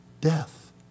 death